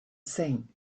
sing